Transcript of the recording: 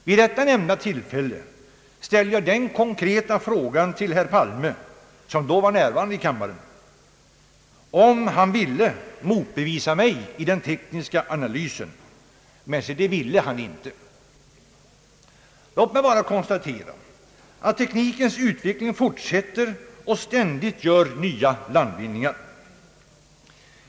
Vid detta nämnda tillfälle ställde jag den konkreta frågan till herr Palme — som då var närvarande i kammaren — om han ville motbevisa mig i den tekniska analysen. Men se det ville han inte! Låt mig bara konstatera att teknikens utveckling fortsätter och ständigt gör nya landvinningar.